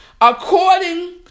according